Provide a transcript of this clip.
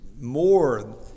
more